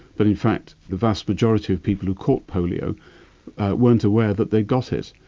but in fact the vast majority of people who caught polio weren't aware that they'd got it.